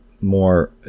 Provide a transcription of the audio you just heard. more